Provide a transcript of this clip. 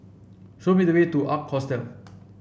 show me the way to Ark Hostel